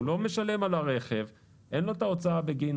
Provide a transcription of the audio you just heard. הוא לא משלם על הרכב, אין לו את ההוצאה בגין